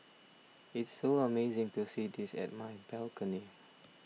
it's so amazing to see this at my balcony